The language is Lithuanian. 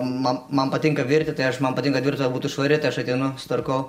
man man patinka virti tai aš man patinka virtuvė būtų švari tai aš ateinu sutvarkau